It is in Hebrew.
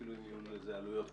אפילו אם יהיו לזה עלויות כספיות.